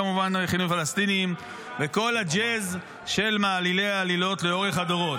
כמובן ילדים פלסטינים וכל הג'אז של מעלילי העלילות לאורך הדורות.